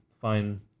fine